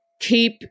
Keep